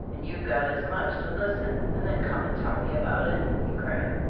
and you've got as much to listen, and then come and tell me about it, he cried.